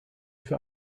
für